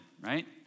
right